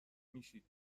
میشید